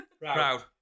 Proud